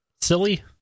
silly